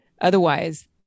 Otherwise